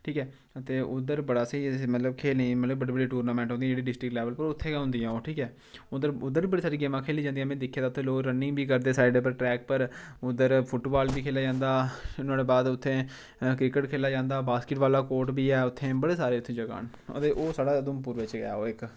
ठीक ऐ ते उद्धर बड़ा स्हेई ऐ मतलब खेलने गी मतलब बड्डे बड्डे टूर्नामैंटा होंदे जेह्ड़े डिस्टिक लैवल पर उत्थे गै होंदियां ओह् ठीक ऐ उद्धर उद्धर बी बड़ी सारियां गेमां खेलियां जंदियां में दिक्खे दा उत्थें लोक रनिंग बी करदे साइड उप्पर ट्रैक उप्पर उद्धर फुट बाल बी खेलेआ जंंदा फ्ही नुहाड़े बाद उत्थें क्रिकेट बी खेलेआ जंदा बास्केट बाल कोर्ट बी ऐ उत्थें बड़े सारे उत्थें जगह् न अदे ओह् साढ़ा उधमपुर बिच्च गै ऐ ओह् इक